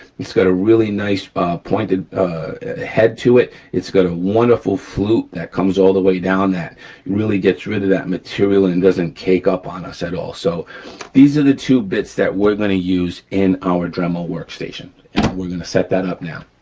it's got a really nice pointed head to it, it's got a wonderful flute that comes all the way down that really gets rid of that material and and doesn't cake up on us at all. so these are the two bits that we're gonna use in our dremel workstation, and we're gonna set that up now.